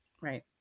Right